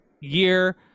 year